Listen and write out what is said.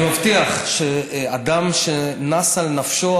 אני מבטיח שאדם שנס על נפשו,